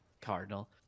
Cardinal